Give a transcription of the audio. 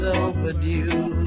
overdue